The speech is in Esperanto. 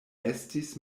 estis